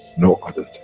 no other